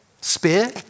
spear